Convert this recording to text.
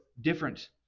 different